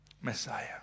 Messiah